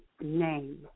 name